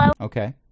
Okay